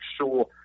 sure